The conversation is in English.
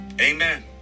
Amen